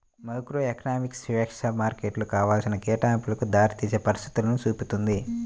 microeconomics స్వేచ్ఛా మార్కెట్లు కావాల్సిన కేటాయింపులకు దారితీసే పరిస్థితులను చూపుతుంది